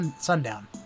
sundown